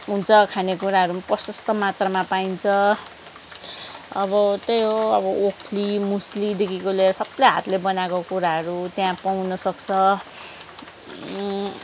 हुन्छ खानेकुराहरू पनि प्रशस्त मात्रामा पाइन्छ अब त्यही हो अब ओखली मुस्लीदेखिको लिएर सबले हातले बनाएको कुराहरू त्यहाँ पाउनु सक्छ